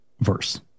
verse